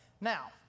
Now